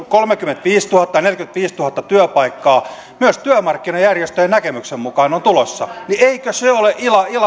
kolmekymmentäviisituhatta viiva neljäkymmentäviisituhatta työpaikkaa myös työmarkkinajärjestöjen näkemyksen mukaan on tulossa niin eikö se ole